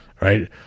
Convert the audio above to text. right